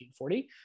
1940